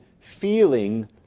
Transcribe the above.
feeling